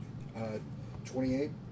28